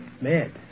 Mad